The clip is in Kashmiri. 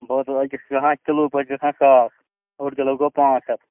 بہٕ حظ أکِس چھِ گژھان کِلوٗ پٲٹھۍ چھِ گژھان ساس اوٚڈ کِلوٗ گوٚو پانٛژھ ہَتھ